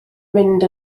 mynd